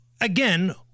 again